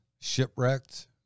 shipwrecked